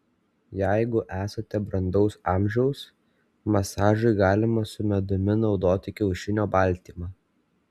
jeigu esate brandaus amžiaus masažui galima su medumi naudoti kiaušinio baltymą